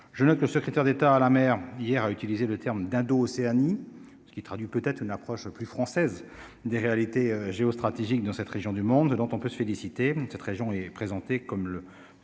je note le secrétaire d'État à la mer hier à utiliser le terme d'un d'Océanie, ce qui traduit peut-être une approche plus française des réalités géostratégiques dans cette région du monde, dont on peut se féliciter de cette région est présenté comme le